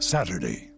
Saturday